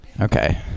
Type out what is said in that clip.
Okay